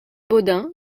bodin